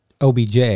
OBJ